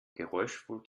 geräuschvoll